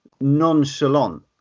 nonchalant